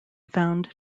found